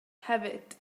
hefyd